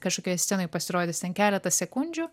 kažkokioje scenoje pasirodys keletą sekundžių